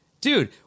Dude